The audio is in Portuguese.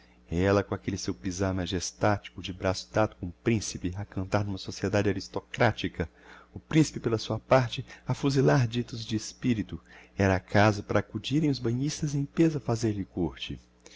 ella com aquelle seu pisar majestatico de braço dado com o principe a cantar n'uma sociedade aristocratica o principe pela sua parte a fuzilar ditos de espirito era caso para acudirem os banhistas em pêso a fazer-lhe côrte